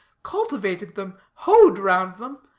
cultivated them, hoed round them,